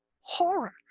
horror